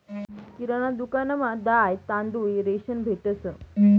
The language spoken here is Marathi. किराणा दुकानमा दाय, तांदूय, रेशन भेटंस